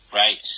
right